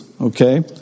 Okay